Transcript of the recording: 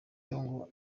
ngo